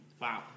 Wow